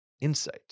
insight